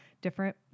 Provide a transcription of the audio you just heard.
different